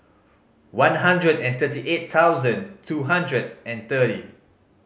one hundred and thirty eight thousand two hundred and thirty